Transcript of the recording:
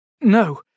No